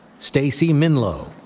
stacey minlo,